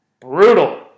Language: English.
Brutal